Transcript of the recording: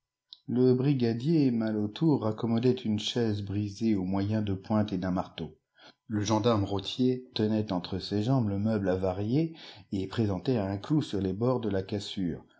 le brigadier malautour raccommodait une chaise brisée au moyen de pointes et d'un marteau le gendarme rautier tenait entre ses jambes le meuble avarié et présentait un clou sur les bords de la cassure